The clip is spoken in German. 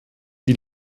die